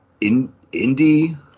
indie